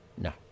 No